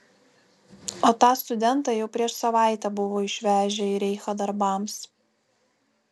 o tą studentą jau prieš savaitę buvo išvežę į reichą darbams